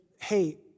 hey